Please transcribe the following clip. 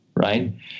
right